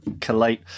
collate